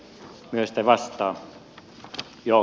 joo kyllä